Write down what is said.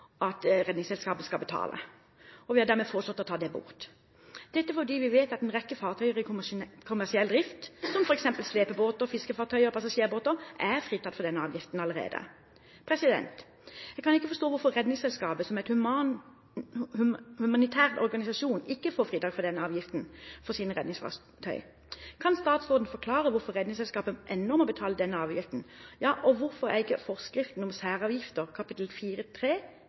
at Redningsselskapet skal betale. Vi har dermed foreslått å ta den bort fordi vi vet at en rekke fartøyer i kommersiell drift, som f.eks. slepebåter, fiskefartøyer og passasjerbåter, allerede er fritatt for avgiften. Jeg kan ikke forstå hvorfor Redningsselskapet som en humanitær organisasjon ikke får fritak for denne avgiften på sine redningsfartøyer. Kan statsråden forklare hvorfor Redningsselskapet ennå må betale denne avgiften. Hvorfor er ikke forskriften om særavgifter